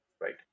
right